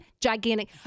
gigantic